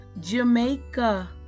Jamaica